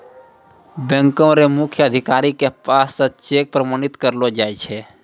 बैंको र मुख्य अधिकारी के पास स चेक प्रमाणित करैलो जाय छै